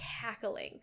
Cackling